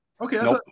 Okay